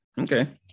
Okay